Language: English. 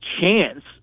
chance